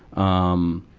um,